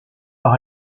par